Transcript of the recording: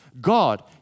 God